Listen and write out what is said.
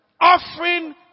offering